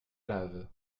lave